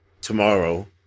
Tomorrow